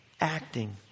acting